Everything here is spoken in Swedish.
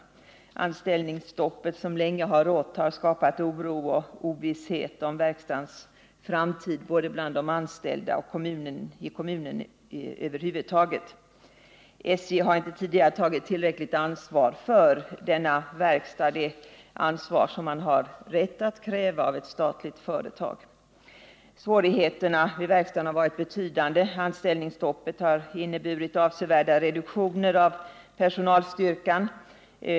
Det anställningsstopp som länge har rått har skapat oro och ovisshet om verkstadens framtid, både bland de anställda och i kommunen över huvud taget. SJ har inte tagit tillräckligt ansvar för denna verkstad — det ansvar som man har rätt att kräva av ett statligt företag. Svårigheterna vid verkstaden har varit betydande. Anställningsstoppet har inneburit avsevärda reduktioner av personalstyrkan.